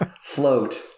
float